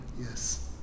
yes